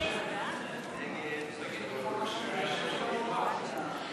הצעת סיעת ש"ס